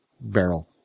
barrel